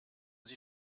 sie